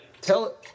Tell